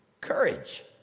Courage